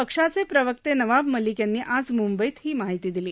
पक्षाचे प्रवक्ते नवाब मलिक यांनी आज मुंबईत ही माहिती दिली